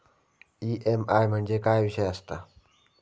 EMI म्हणजे काय विषय आसता?